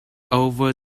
over